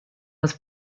was